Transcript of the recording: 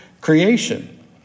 creation